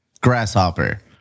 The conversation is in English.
Grasshopper